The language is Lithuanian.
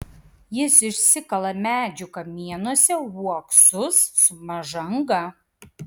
jis išsikala medžių kamienuose uoksus su maža anga